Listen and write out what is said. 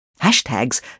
Hashtags